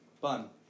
Fun